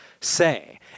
say